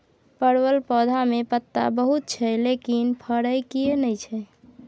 परवल पौधा में पत्ता बहुत छै लेकिन फरय किये नय छै?